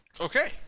Okay